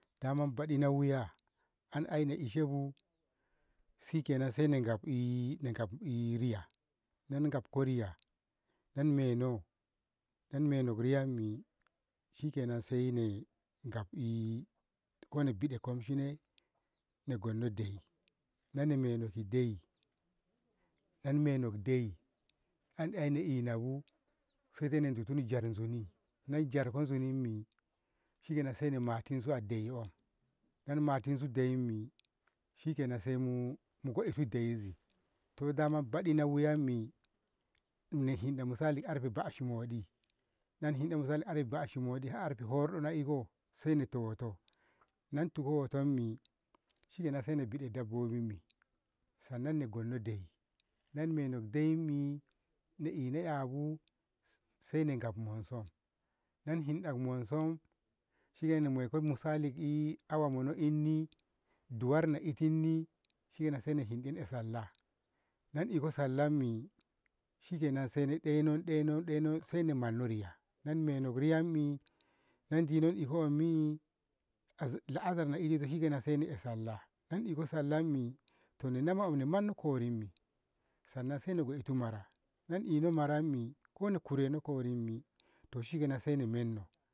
daman faɗina wuya an aina ishebu shikenan saina gabi nagabi riya nani gafko riya nani meno, nani meno ki riyak di shikenan saina gabbi ko na biɗe komshine na gonno de'i nani meno ki de'i nani meno ki de'i an yana inabu saidai na nditu na jakka zuni nani jakno zunimmi shikenan saina matinsu a de'i nani matinsu de'immi shikenan saimu itu de'izi to daman nabeɗi wuyammi na hinɗa misali arfe bashumoɗi, na in hinɗa karfe bashumoɗi arfa hordo ito saina te woto na intuko wotummi shikenan saina biɗa dabbobimi sannan gonno de'i na in meno ki de'immi na ina 'yabu sai- saina gab monsum na inhiɗa ki monsum shikenan moiko misali ki awa mono inni duwar na itinni shikenan saina hinɗe na'e sallah na in iko sallammi shikenan saina nɗeno- nɗeno saini manno riya, na eh meno ki riyammi na ndino iko wammi azk- la'asar ito shikenan saina eh sallah na'e iko sallammi to nanema na manno korimmi sannan sain goitu mara nana iko marammi kona koreno korimmi to shikenan saina menno.